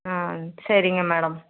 ம் சரிங்க மேடம்